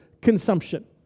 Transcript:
consumption